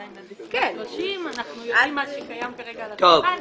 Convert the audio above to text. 2030. אנחנו יודעים מה שקיים כרגע על השולחן.